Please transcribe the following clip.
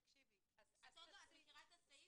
את מכירה את הסעיף?